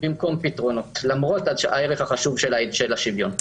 ולא פתרונות למרות הערך החשוב של השוויון.